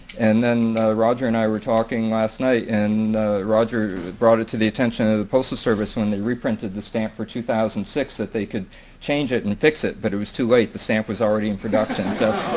and then roger and i were talking last night and roger had brought it to the attention of the postal service when they reprinted the stamp for two thousand and six that they could change it and fix it but it was too late. the stamp was already in production. so,